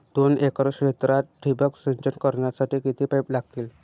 दोन एकर क्षेत्रात ठिबक सिंचन करण्यासाठी किती पाईप लागतील?